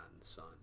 Son